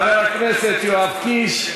חבר הכנסת יואב קיש.